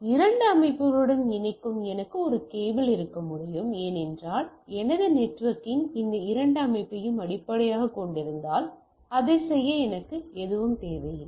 இரண்டு அமைப்புகளுடன் இணைக்க எனக்கு ஒரு கேபிள் இருக்க முடியும் ஏனென்றால் எனது நெட்வொர்க்கிங் இந்த இரண்டு அமைப்பையும் அடிப்படையாகக் கொண்டிருந்தால் அதைச் செய்ய எனக்கு எதுவும் தேவையில்லை